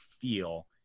feel